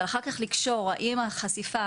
אבל אחר כך לקשור האם החשיפה,